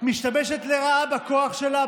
משתמשת לרעה בכוח שלה,